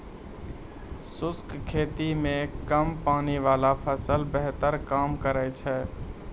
शुष्क खेती मे कम पानी वाला फसल बेहतर काम करै छै